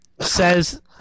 says